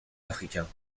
africain